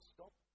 Stop